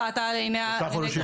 להגדיל.